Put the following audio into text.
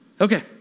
Okay